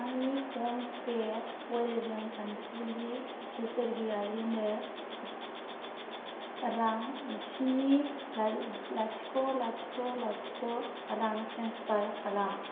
आंनि PhonePe app वेलजों सानसुलि सरगियारिनो रां स्नि लाथिख' लाथिख' लाथिख' लाथिख' रां ट्रेन्सफार खालाम